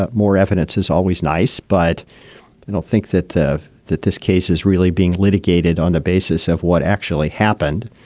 ah more evidence is always nice, but i don't think that that this case is really being litigated on the basis of what actually happened.